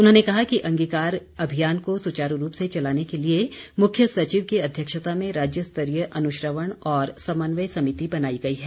उन्होंने कहा कि अंगीकार अभियान को सुचारू रूप से चलाने के लिए मुख्य सचिव की अध्यक्षता में राज्यस्तरीय अनुश्रवण और समन्वय समिति बनाई गई है